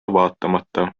vaatamata